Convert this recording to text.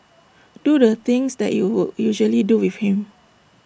do the things that you would usually do with him